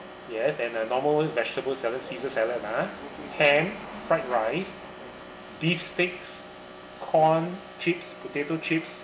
yes and a normal vegetable salad ceaser salad ah ham fried rice beef steaks corn chips potato chips